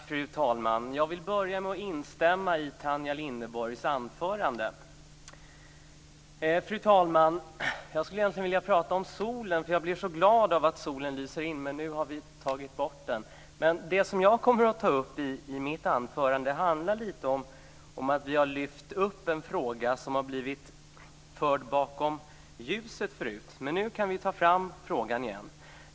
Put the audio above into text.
Fru talman! Jag vill börja med att instämma i Jag skulle egentligen vilja prata om solen, för jag blir så glad av att solen lyser in. Men nu är den borta. Det jag kommer att ta upp i mitt anförande handlar dock lite om att vi har lyft upp en fråga som tidigare har blivit förd bakom ljuset. Men nu kan vi ta fram frågan igen.